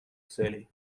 целей